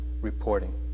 reporting